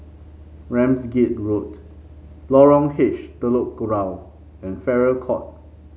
Ramsgate Road Lorong H Telok Kurau and Farrer Court